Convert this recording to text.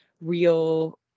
real